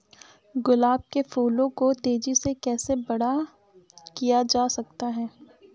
गुलाब के फूलों को तेजी से कैसे बड़ा किया जा सकता है?